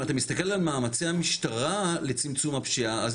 אם אתה מסתכל על מאמצי המשטרה לצמצום הפשיעה,